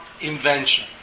invention